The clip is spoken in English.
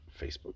Facebook